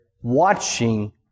watching